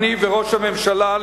אני וראש הממשלה,